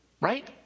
right